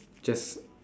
just